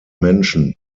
menschen